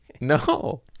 No